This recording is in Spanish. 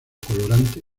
colorante